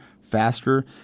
faster